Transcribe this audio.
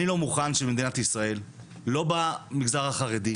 אני לא מוכן שבמדינת ישראל, לא במגזר החרדי,